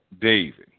David